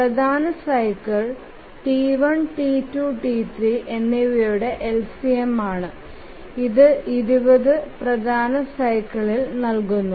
പ്രധാന cycle T1 T2 T3 എന്നിവയുടെ LCM ആണ് ഇത് 20 പ്രധാന സൈക്കിൾസ് നൽകുന്നു